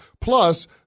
Plus